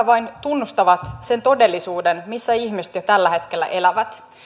vain tunnustavat sen todellisuuden missä ihmiset jo tällä hetkellä elävät